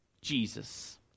Jesus